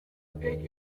beg